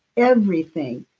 everything,